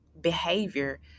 behavior